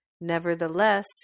Nevertheless